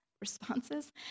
responses